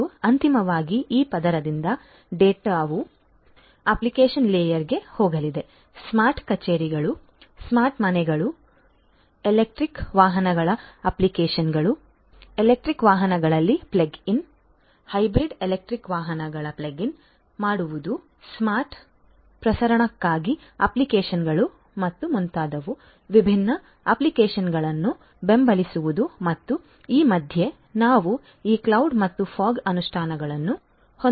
ಮತ್ತು ಅಂತಿಮವಾಗಿ ಈ ಪದರದಿಂದ ಈ ಡೇಟಾವು ಅಪ್ಲಿಕೇಶನ್ ಲೇಯರ್ಗೆ ಹೋಗಲಿದೆ ಸ್ಮಾರ್ಟ್ ಕಚೇರಿಗಳು ಸ್ಮಾರ್ಟ್ ಮನೆಗಳು ಎಲೆಕ್ಟ್ರಿಕ್ ವಾಹನಗಳ ಅಪ್ಲಿಕೇಶನ್ಗಳು ಎಲೆಕ್ಟ್ರಿಕ್ ವಾಹನಗಳಲ್ಲಿ ಪ್ಲಗ್ ಇನ್ ಹೈಬ್ರಿಡ್ ಎಲೆಕ್ಟ್ರಿಕ್ ವಾಹನಗಳನ್ನು ಪ್ಲಗ್ ಇನ್ ಮಾಡುವುದು ಸ್ಮಾರ್ಟ್ ಪ್ರಸರಣಕ್ಕಾಗಿ ಅಪ್ಲಿಕೇಶನ್ಗಳು ಮತ್ತು ಹೀಗೆ ವಿವಿಧ ಅಪ್ಲಿಕೇಶನ್ಗಳನ್ನು ಬೆಂಬಲಿಸುವುದು ಮತ್ತು ಈ ಮಧ್ಯೆ ನಾವು ಈ ಕ್ಲೌಡ್ ಮತ್ತು ಫಾಗ್ ಅನುಷ್ಠಾನಗಳನ್ನು ಹೊಂದಬಹುದು